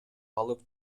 алып